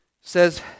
says